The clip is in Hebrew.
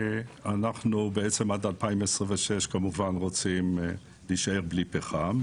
עד 2026 אנחנו רוצים להישאר "בלי פחם",